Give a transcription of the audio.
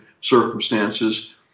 circumstances